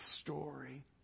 story